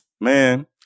Man